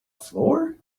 floor